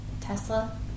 Tesla